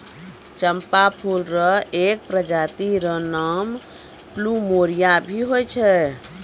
चंपा फूल र एक प्रजाति र नाम प्लूमेरिया भी होय छै